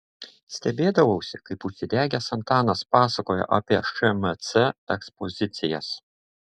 stebėdavausi kaip užsidegęs antanas pasakoja apie šmc ekspozicijas